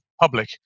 public